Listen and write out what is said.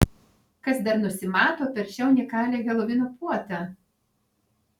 kas dar nusimato per šią unikalią helovino puotą